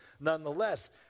nonetheless